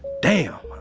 damn.